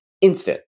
instant